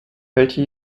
welche